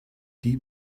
die